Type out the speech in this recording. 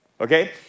okay